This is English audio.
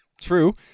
true